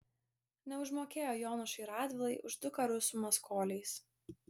neužmokėjo jonušui radvilai už du karus su maskoliais